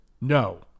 No